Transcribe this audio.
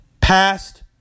past